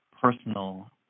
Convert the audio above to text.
personal